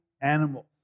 animals